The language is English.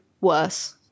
worse